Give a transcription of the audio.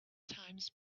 times